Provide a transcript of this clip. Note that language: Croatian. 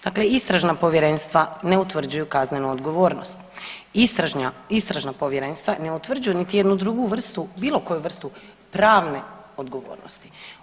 Dakle, istražna povjerenstva ne utvrđuju kaznenu odgovornost, istražna povjerenstva ne utvrđuju niti jednu drugu vrstu bilo koju vrstu pravne odgovornosti.